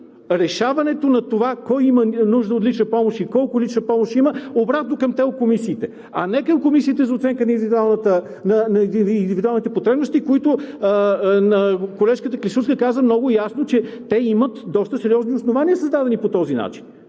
решаването на това кой има нужда от лична помощ и колко лична помощ има обратно към ТЕЛК комисиите, а не към Комисиите за оценка на индивидуалните потребности, за които колежката Клисурска каза много ясно, че имат доста сериозни основания, създадени по този начин.